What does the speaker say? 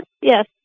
Yes